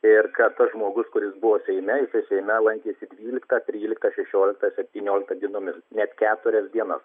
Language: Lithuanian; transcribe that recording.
ir kad tas žmogus kuris buvo seime seime lankėsi dvyliktą tryliktą šešioliktą septynioliktą dienomis net keturias dienas